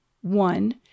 one